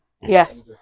Yes